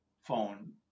phone